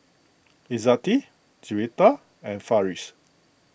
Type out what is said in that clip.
Izzati Juwita and Farish